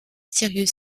cyrus